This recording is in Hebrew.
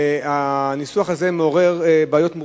והניסוח הזה מעורר בעיות מורכבות.